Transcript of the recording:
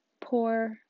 poor